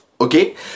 Okay